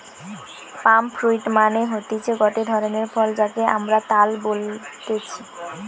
পাম fruit মানে হতিছে গটে ধরণের ফল যাকে আমরা তাল বলতেছি